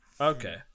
Okay